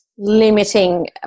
limiting